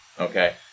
okay